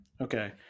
Okay